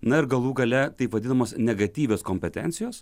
na ir galų gale taip vadinamos negatyvios kompetencijos